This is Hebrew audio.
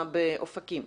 באופקים